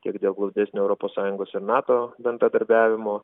tiek dėl glaudesnio europos sąjungos ir nato bendradarbiavimo